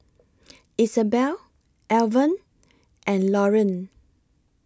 Isabell Alvan and Lauryn